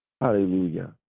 Hallelujah